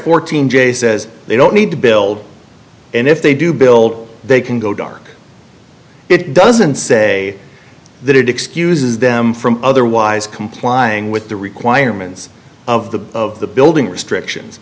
fourteen j says they don't need to build and if they do build they can go dark it doesn't say that it excuses them from otherwise complying with the requirements of the of the building restrictions